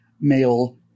male